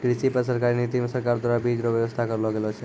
कृषि पर सरकारी नीति मे सरकार द्वारा बीज रो वेवस्था करलो गेलो छै